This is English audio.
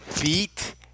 beat